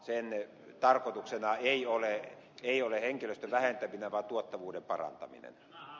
sen tarkoituksena ei ole henkilöstön vähentäminen vaan tuottavuuden parantaminena